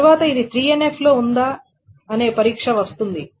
తరువాత ఇది 3NF లో ఉందా అనే పరీక్ష వస్తుంది